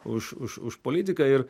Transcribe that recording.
už už už politiką ir